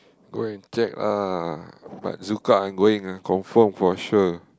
go and check ah but ZoukOut I'm going ah confirm for sure